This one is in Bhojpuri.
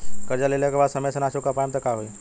कर्जा लेला के बाद समय से ना चुका पाएम त का होई?